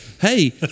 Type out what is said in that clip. hey